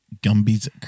Gumby's